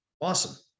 Awesome